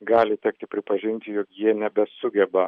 gali tekti pripažinti jog jie nebesugeba